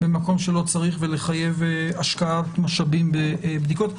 במקום שלא צריך ולחייב השקעת משאבים ובדיקות.